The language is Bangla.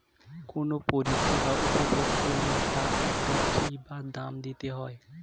কোনো পরিষেবা উপভোগ করলে তার একটা ফী বা দাম দিতে হয়